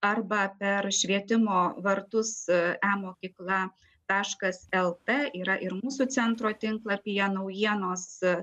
arba per švietimo vartus emokykla taškas lt yra ir mūsų centro tinklapyje naujienos